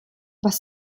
was